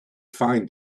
find